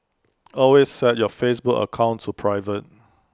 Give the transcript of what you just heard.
always set your Facebook account to private